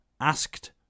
asked